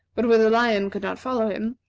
but where the lion could not follow him,